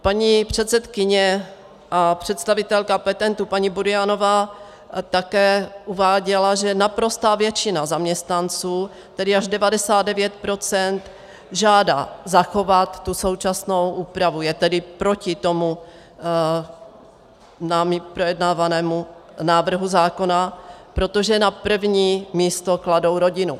Paní předsedkyně a představitelka petentů, paní Burianová, také uváděla, že naprostá většina zaměstnanců, tedy až 99 %, žádá zachovat tu současnou úpravu, je tedy proti tomu námi projednávanému návrhu zákona, protože na první místo kladou rodinu.